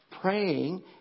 praying